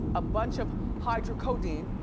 a bunch of hydrocodeine,